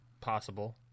possible